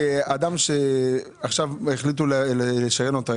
אדם שעכשיו החליטו לשריין לו את הרכב,